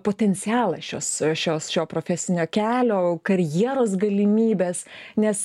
potencialą šios šios šio profesinio kelio karjeros galimybes nes